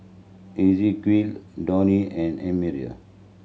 Esequiel Donny and Amira